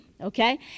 okay